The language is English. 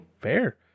fair